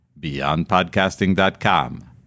beyondpodcasting.com